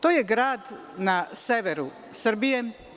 To je grad na sever Srbije.